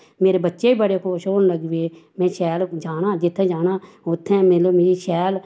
मेरे बच्चा बी खुश होन लगी पे में शैल जाना जित्थें जाना उत्थें मत्सव में शैल